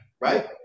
right